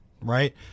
Right